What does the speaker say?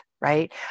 right